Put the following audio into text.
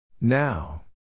Now